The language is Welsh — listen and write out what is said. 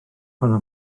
hwnna